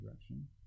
direction